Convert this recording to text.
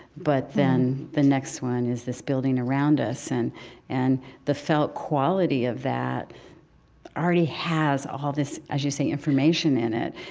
but then the next one is this building around us. and and the felt quality of that already has all this, as you say, information in it.